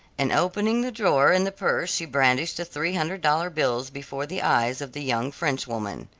and opening the drawer and the purse she brandished the three hundred dollar bills before the eyes of the young frenchwoman.